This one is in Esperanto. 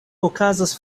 okazas